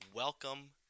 Welcome